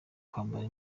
kwambara